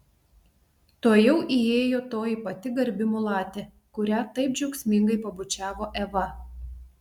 tuojau įėjo toji pati garbi mulatė kurią taip džiaugsmingai pabučiavo eva